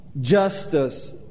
justice